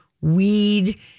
weed